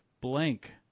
blank